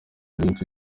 nyinshi